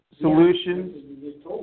solutions